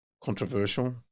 controversial